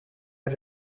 are